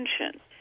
attention